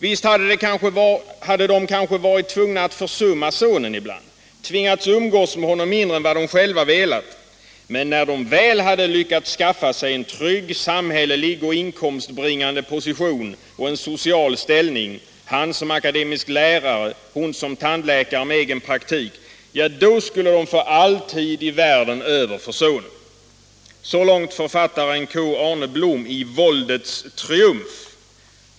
Visst hade de kanske varit tvungna att försumma sonen ibland; tvingats umgås med honom mindre än vad de själva velat. Men när de väl hade lyckats skaffa sig en trygg samhällelig och inkomstbringande position och en social ställning — han som akademisk lärare, hon som tandläkare med egen praktik — då skulle de få all tid i världen över för sonen.” Så långt författaren K. Arne Blom i Våldets triumf.